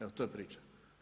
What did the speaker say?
Evo to je priča.